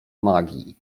magii